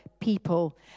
people